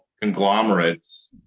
conglomerates